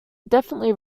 definitely